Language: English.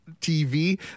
TV